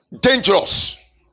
dangerous